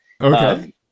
Okay